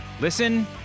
Listen